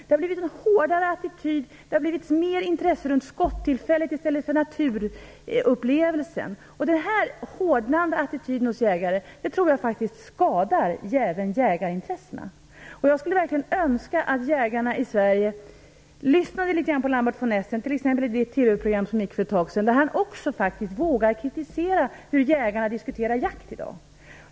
Det har blivit en hårdare attityd. Det har blivit mer intresse för skottillfället i stället för naturupplevelsen. Den här hårdnande attityden hos jägare tror jag skadar även jägarintressena. Jag skulle önska att jägarna i Sverige lyssnade litet grand på Lambart von Essen, t.ex. i det TV-program som gick för ett tag sedan, där han också vågar kritisera hur jägarna diskuterar jakt i dag.